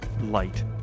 light